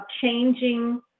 changing